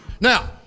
Now